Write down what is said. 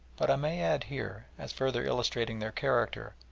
but i may add here, as further illustrating their character,